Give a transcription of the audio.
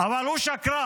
אבל הוא שקרן.